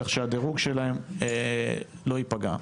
כך שהדירוג שלהם לא ייפגע.